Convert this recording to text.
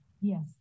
Yes